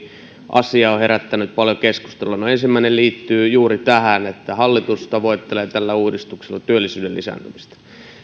asia on herättänyt paljon keskustelua no ensimmäinen liittyy juuri tähän että hallitus tavoittelee tällä uudistuksella työllisyyden lisääntymistä no